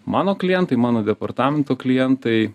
mano klientai mano departamento klientai